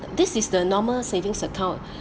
this is the normal savings account